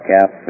Cap